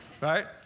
Right